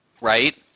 right